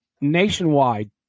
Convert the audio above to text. nationwide